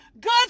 Good